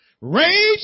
rage